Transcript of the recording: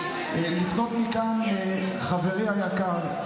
לפנות מכאן לחברי היקר,